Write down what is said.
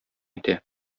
итә